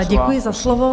Děkuji za slovo.